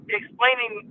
explaining